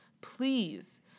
Please